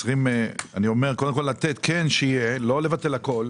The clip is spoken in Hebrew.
צריך שיהיה, לא לבטל הכול.